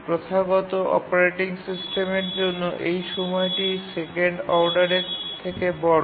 প্রথাগত অপারেটিং সিস্টেমের জন্য এই সময়টি সেকেন্ড অর্ডারের থেকে বড়